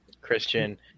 Christian